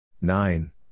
Nine